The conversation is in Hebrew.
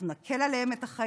אנחנו נקל עליהם את החיים,